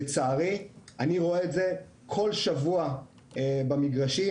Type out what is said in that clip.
לצערי אני רואה את זה כל שבוע במגרשים,